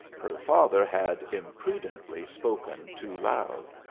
her father had imprudently spoken too loud.